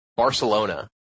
barcelona